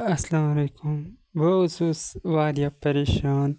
اسلام علیکُم بہٕ اوسُس واریاہ پَریشان